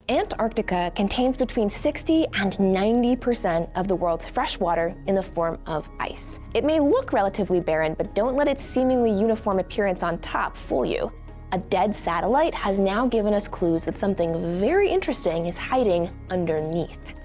antarctica contains between sixty and ninety percent of the world's fresh water in the form of ice. it may look relatively barren, but don't let its seemingly uniform appearance on top fool you a dead satellite has now given us clues that something very interesting is hiding underneath.